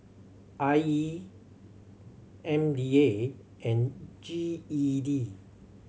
I E M D A and G E D